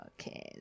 okay